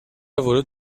ورود